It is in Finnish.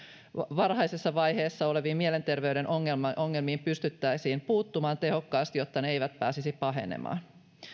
varhaisessa vaiheessa oleviin mielenterveyden ongelmiin pystyttäisiin puuttumaan tehokkaasti jotta ne eivät pääsisi pahenemaan